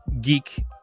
geek